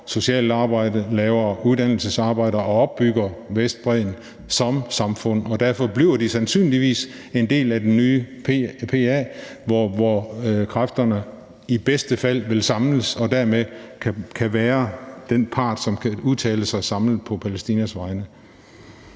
socialt arbejde, laver uddannelsesarbejde og opbygger Vestbredden som samfund, og derfor bliver de sandsynligvis en del af den nye PA, hvor kræfterne i bedste fald vil samles og dermed kan være den part, som kan udtale sig samlet på Palæstinas vegne.